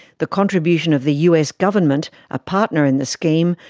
the contribution of the us government, a partner in the scheme,